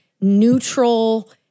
neutral